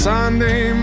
Sunday